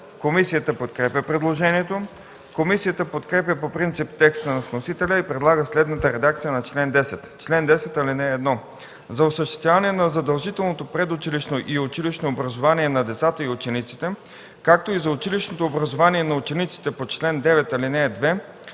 Комисията подкрепя предложението. Комисията подкрепя по принцип текста на вносителя и предлага следната редакция на чл. 10: „Чл. 10. (1) За осъществяване на задължителното предучилищно и училищно образование на децата и учениците, както и за училищното образование на учениците по чл. 9, ал. 2,